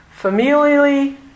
familially